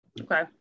Okay